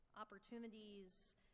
opportunities